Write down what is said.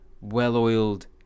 well-oiled